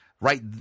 Right